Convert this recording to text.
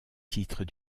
titre